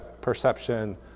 perception